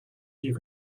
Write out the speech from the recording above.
you